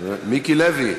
מיקי לוי,